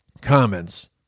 comments